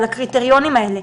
על הקריטריונים האלה.